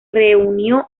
reunió